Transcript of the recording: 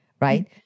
right